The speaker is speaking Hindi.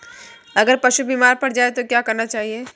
अगर पशु बीमार पड़ जाय तो क्या करना चाहिए?